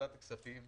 הכספים,